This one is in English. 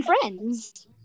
friends